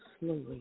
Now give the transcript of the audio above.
slowly